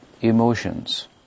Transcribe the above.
emotions